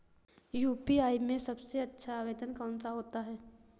UPI में सबसे अच्छा आवेदन कौन सा होता है?